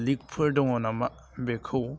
लिकफोर दङ नामा बेखौ